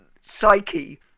psyche